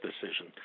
decision